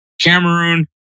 Cameroon